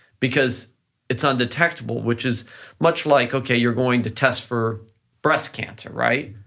because it's undetectable, which is much like, okay, you're going to test for breast cancer, right?